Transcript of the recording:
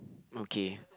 okay